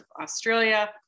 Australia